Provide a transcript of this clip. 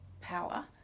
power